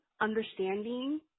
understanding